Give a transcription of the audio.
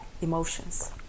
emotions